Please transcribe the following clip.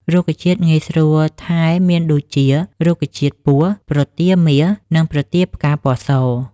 រុក្ខជាតិងាយស្រួលថែមានដូចជារុក្ខជាតិពស់, ប្រទាលមាស , និងប្រទាលផ្កាពណ៌ស ។